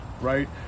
right